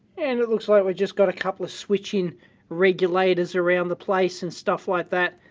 and it looks like we've just got a couple of switching regulators around the place and stuff like that.